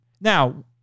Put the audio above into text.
Now